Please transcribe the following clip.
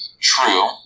True